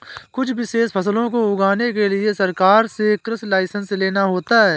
कुछ विशेष फसलों को उगाने के लिए सरकार से कृषि लाइसेंस लेना होता है